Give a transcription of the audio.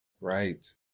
Right